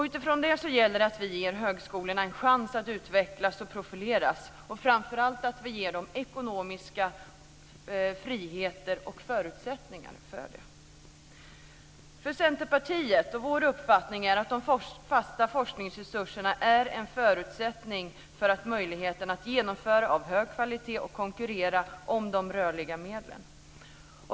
Utifrån det gäller det att vi ger högskolorna en chans att utvecklas och profilera sig och framför allt att vi ger dem ekonomiska friheter och förutsättningar för det. Centerpartiets uppfattning är att de fasta forskningsresurserna är en förutsättning för möjligheterna att, genom hög kvalitet, konkurrera om de rörliga medlen.